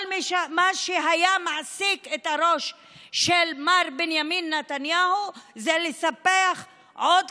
כל מה שהעסיק את הראש של מר בנימין נתניהו זה לספח עוד